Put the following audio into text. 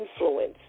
influence